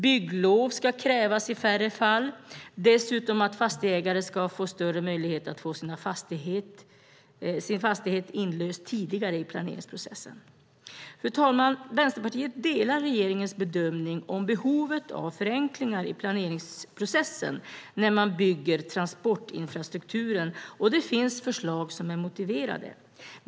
Bygglov ska krävas i färre fall. Dessutom ska fastighetsägare få större möjligheter att få sin fastighet inlöst tidigare i planeringsprocessen. Fru talman! Vänsterpartiet delar regeringens bedömning om behovet av förenklingar i planeringsprocessen när man bygger transportinfrastruktur, och det finns förslag som är motiverade.